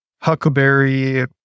huckleberry